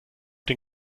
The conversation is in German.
den